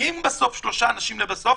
כשמגיעים בסוף לוועדת הבוחנים,